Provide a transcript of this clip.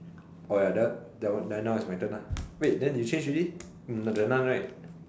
ya that one then now is my turn wait you changed already the nun right